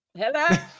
Hello